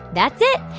that's it.